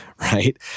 right